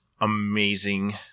amazing